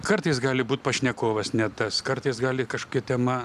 kartais gali būt pašnekovas ne tas kartais gali kažkokia tema